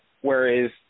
whereas